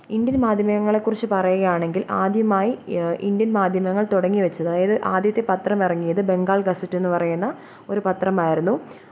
Indian മാധ്യമങ്ങളെ കുറിച്ച് പറയുകയാണെങ്കില് ആദ്യമായി ഇന്ഡ്യന് മാധ്യമങ്ങള് തുടങ്ങി വച്ചത് അതായത് ആദ്യത്തെ പത്രം ഇറങ്ങിയത് ബംഗാള് ഗസെറ്റ് എന്ന് പറയുന്ന ഒരു പത്രമായിരുന്നു